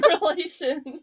relation